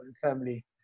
family